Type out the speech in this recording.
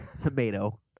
Tomato